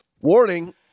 Warning